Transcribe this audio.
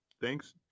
thanks